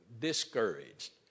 Discouraged